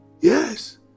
Yes